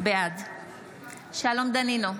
בעד שלום דנינו,